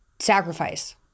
sacrifice